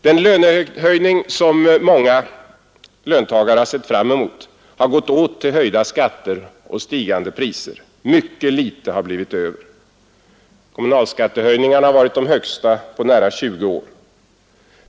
Den lönehöjning som många löntagare har sett fram emot har gått åt till höjda skatter och stigande priser. Mycket litet har blivit över. Kommunalskattehöjningarna har varit de högsta på nära 20 år.